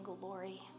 glory